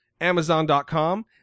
Amazon.com